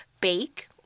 bake